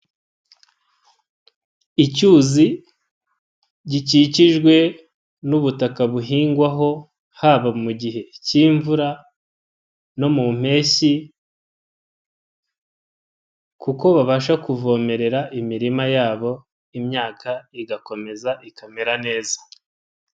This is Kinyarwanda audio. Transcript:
Icyuzi gikikijwe n'ubutaka buhingwaho, haba mu gihe cy'imvura no mu mpeshyi kuko babasha kuvomerera imirima yabo imyaka igakomeza ikamera neza.